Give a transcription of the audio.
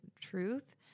truth